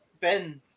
Ben